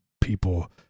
people